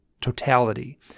totality